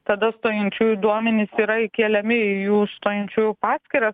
tada stojančiųjų duomenis yra įkeliami į jų stojančiųjų paskirą